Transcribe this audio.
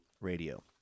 Radio